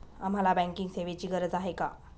आम्हाला बँकिंग सेवेची गरज का आहे?